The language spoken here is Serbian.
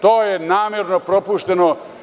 To je namerno propušteno.